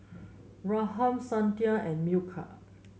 Ramnath Santha and Milkha